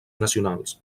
nacionals